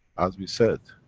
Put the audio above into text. as we said,